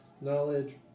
Knowledge